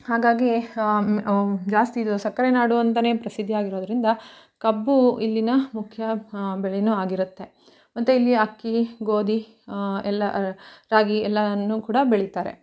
ಹಾಗಾಗಿ ಅವು ಜಾಸ್ತಿ ಇದು ಸಕ್ಕರೆ ನಾಡು ಅಂತಲೇ ಪ್ರಸಿದ್ಧಿಯಾಗಿರೋದ್ರಿಂದ ಕಬ್ಬು ಇಲ್ಲಿನ ಮುಖ್ಯ ಬೆಳೆಯೂ ಆಗಿರುತ್ತೆ ಮತ್ತು ಇಲ್ಲಿ ಅಕ್ಕಿ ಗೋಧಿ ಎಲ್ಲ ರಾಗಿ ಎಲ್ಲವನ್ನೂ ಕೂಡ ಬೆಳಿತಾರೆ